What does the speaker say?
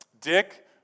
Dick